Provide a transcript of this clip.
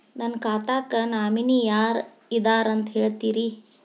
ನನ್ನ ಖಾತಾಕ್ಕ ನಾಮಿನಿ ಯಾರ ಇದಾರಂತ ಹೇಳತಿರಿ?